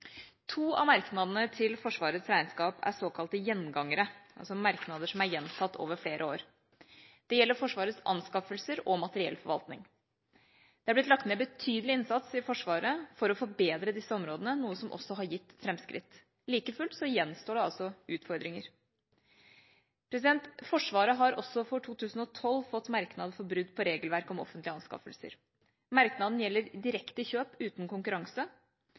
To av merknadene til Forsvarets regnskap er såkalte gjengangere, altså merknader som er gjentatt over flere år. Det gjelder Forsvarets anskaffelser og materiellforvaltning. Det er blitt lagt ned betydelig innsats i Forsvaret for å forbedre disse områdene, noe som også har gitt framskritt. Like fullt gjenstår det altså utfordringer. Forsvaret har også for 2012 fått merknader for brudd på regelverk om offentlige anskaffelser. Merknaden gjelder direkte kjøp uten konkurranse.